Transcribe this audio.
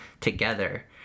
together